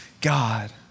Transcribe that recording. God